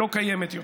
לא קיימת יותר.